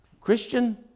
Christian